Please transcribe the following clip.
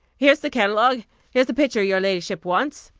here's the catalogue here's the picture your ladyship wants.